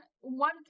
one